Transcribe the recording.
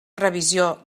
revisió